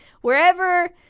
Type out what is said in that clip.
wherever